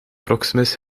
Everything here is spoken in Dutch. proximus